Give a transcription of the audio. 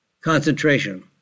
concentration